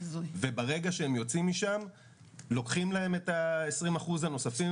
וברגע שהם יוצאים משם לוקחים להם את ה-20% הנוספים,